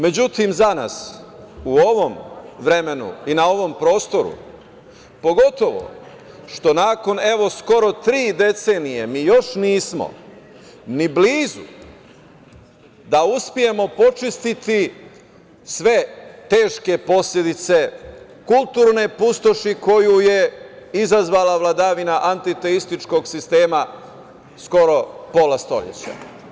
Međutim, za nas u ovom vremenu i na ovom prostoru, pogotovo što nakon evo skoro tri decenije mi još nismo ni blizu da uspemo počistiti sve teške posledice kulturne pustoši koju je izazvala vladavina antitetičkog sistema skoro pola stojeća.